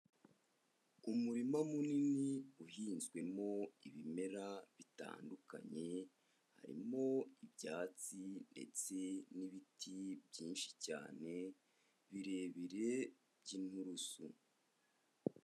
Umurima munini uhinzwemo ibimera bitandukanye, harimo ibyatsi ndetse n'ibiti byinshi cyane birebire by'inturusu.